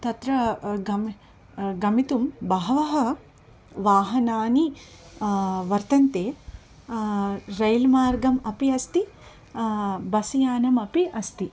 तत्र गम् गन्तुं बहवः वाहनानि वर्तन्ते रैल्मार्गः अपि अस्ति बस्यानम् अपि अस्ति